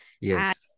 Yes